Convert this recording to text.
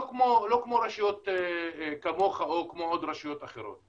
כמו רשויות כמוך או כמו עוד רשויות אחרות.